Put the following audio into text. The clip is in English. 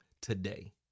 today